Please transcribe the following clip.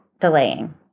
delaying